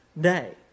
day